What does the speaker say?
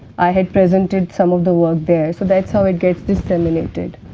i had presented some of the work there, so that is how it gets disseminated.